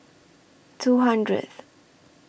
two hundredth